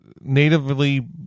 natively